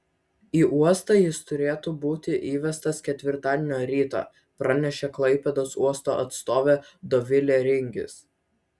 į uostą jis turėtų būti įvestas ketvirtadienio rytą pranešė klaipėdos uosto atstovė dovilė ringis